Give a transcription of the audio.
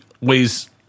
weighs